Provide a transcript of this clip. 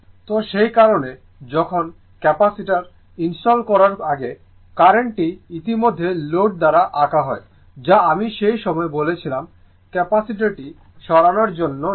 তো সেই কারণে যখন ক্যাপাসিটার ইনস্টল করার আগে কারেন্টটি ইতিমধ্যে লোড দ্বারা আঁকা হয় যা আমি সেই সময় বলেছিলাম ক্যাপাসিটারটি সরানোর জন্য নেই